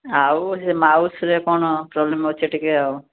ଆଉ ସେ ମାଉସ୍ରେ କ'ଣ ପ୍ରୋବ୍ଲେମ୍ ଅଛି ଟିକେ ଆଉ